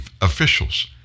officials